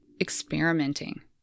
experimenting